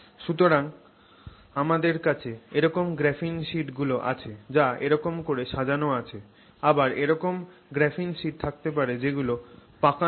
সুতরাং আমাদের কাছে এরকম গ্রাফিন শিট গুলো আছে যা এরকম করে সাজান আছে আবার এরকমও গ্রাফিন শিট থাকতে পারে যেগুলো পাকানো